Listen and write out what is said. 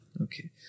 Okay